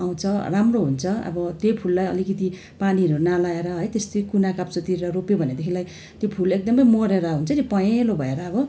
आउँछ राम्रो हुन्छ अब त्यो फुललाई अलिकति पानीहरू नलगाएर है त्यस्तै कुनाकाप्चेतिर रोप्यौँ भनेदेखिलाई त्यो फुल एकदमै मरेर हुन्छ पँहेलो भएर हो